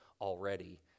already